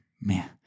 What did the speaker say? Man